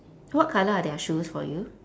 what colour are their shoes for you